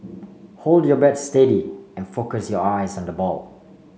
hold your bat steady and focus your eyes on the ball